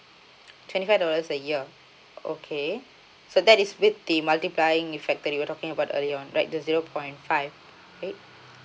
twenty five dollars a year okay so that is with the multiplying effect that you were talking about earlier on right the zero point five right